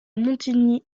montigny